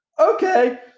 Okay